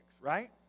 right